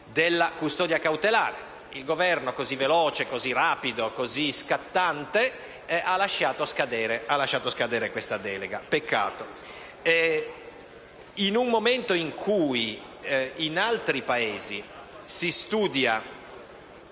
Il Governo così veloce, così rapido e scattante ha lasciato scadere questa delega. Peccato.